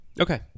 Okay